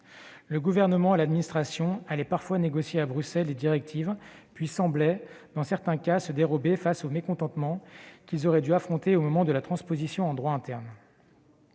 le Gouvernement et l'administration allaient parfois négocier à Bruxelles des directives, puis semblaient, dans certains cas, se dérober face aux mécontentements qu'ils auraient dû affronter au moment de leur transposition en droit interne.